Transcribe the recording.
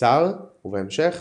נעצר ובהמשך